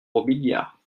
robiliard